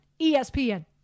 ESPN